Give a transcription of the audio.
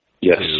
Yes